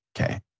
okay